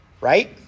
right